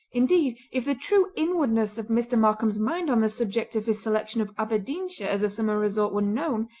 indeed, if the true inwardness of mr. markam's mind on the subject of his selection of aberdeenshire as a summer resort were known,